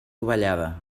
dovellada